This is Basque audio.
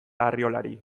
arriolari